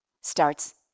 starts